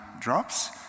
drops